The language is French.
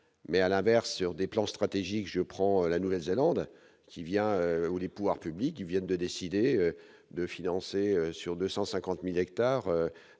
mais à l'inverse, sur des plans stratégiques, je prends la Nouvelle-Zélande qui vient ou les pouvoirs publics viennent de décider de financer sur 250000 hectares